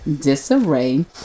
Disarray